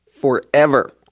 forever